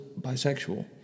bisexual